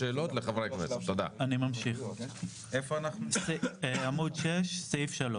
אני ממשיך, עמוד 6 סעיף 3: